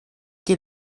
qui